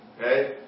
Okay